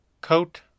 coat